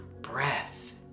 breath